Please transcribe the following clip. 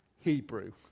Hebrew